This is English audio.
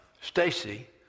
Stacy